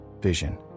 vision